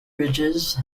ridges